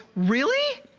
really?